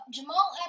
Jamal